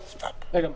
פרל: